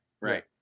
Right